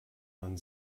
man